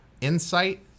insight